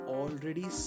already